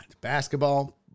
basketball